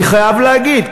אני חייב להגיד,